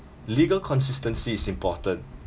legal consistency is important